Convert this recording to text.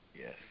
Yes